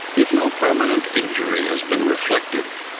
if no permanent injury has been reflected,